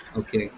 okay